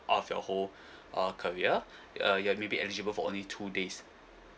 of your whole uh career uh you are maybe eligible for only two days